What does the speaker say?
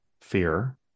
fear